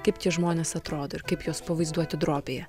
kaip tie žmonės atrodo ir kaip juos pavaizduoti drobėje